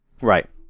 Right